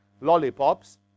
lollipops